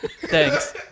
Thanks